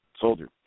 soldier